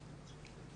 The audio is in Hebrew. בבקשה.